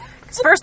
First